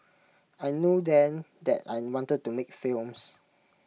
I knew then that I wanted to make films